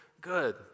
good